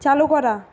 চালু করা